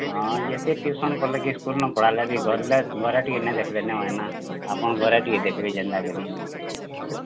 ହଁ ଯେତେ ଟ୍ୟୁସନ୍ କଲେ କି ଇସ୍କୁଲ୍ନ ପଢ଼ାଲେ ବି ଘରେ ଘରେ ଟିକେ ନାଇ ଦେଖ୍ଲେ ନାଇ ହୁଏ ନା ଆପଣ୍ ଘରେ ଟିକେ ଦେଖ୍ବେ ଯେନ୍ତାକରି